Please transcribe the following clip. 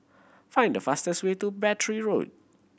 find the fastest way to Battery Road